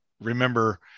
remember